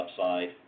upside